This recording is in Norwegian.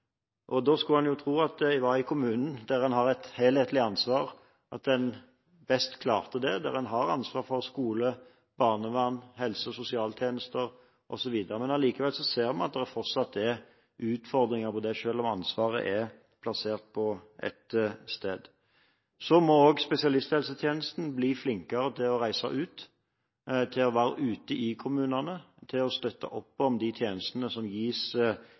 Da skulle en jo tro at det var i kommunen, der en har et helhetlig ansvar, at en klarte det best – der en har ansvar for skole, barnevern, helse- og sosialtjenester osv. Men allikevel ser vi at det fortsatt er utfordringer knyttet til det, selv om ansvaret er plassert på ett sted. Så må også spesialisthelsetjenesten bli flinkere til å reise ut, til å være ute i kommunene, til å støtte opp om de tjenestene som gis